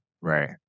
Right